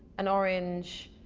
an orange,